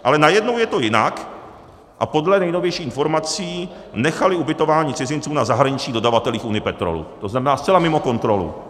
Ale najednou je to jinak a podle nejnovějších informací nechali ubytování cizinců na zahraničních dodavatelích Unipetrolu, tzn. zcela mimo kontrolu.